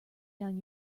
down